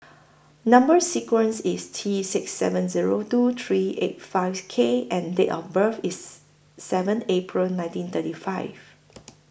Number sequence IS T six seven Zero two three eight five K and Date of birth IS seven April nineteen thirty five